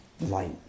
light